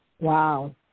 Wow